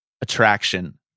attraction